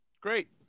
Great